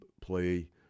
play